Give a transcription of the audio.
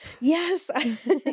yes